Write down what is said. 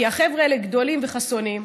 כי החבר'ה האלה גדולים וחסונים,